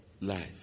life